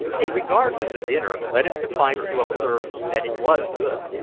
in regard to the dinner, let it suffice to observe that it was good,